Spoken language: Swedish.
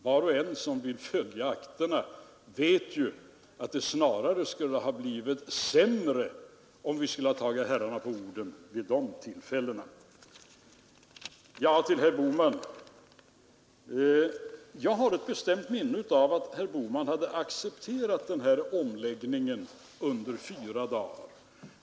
Var och en som vill följa akterna vet att det snarare skulle ha blivit sämre om vi tagit herrarna på ordet vid dessa tillfällen, Till herr Bohman vill jag säga att jag har ett bestämt minne av att herr Bohman under fyra dagar hade accepterat skatteomläggningen.